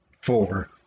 four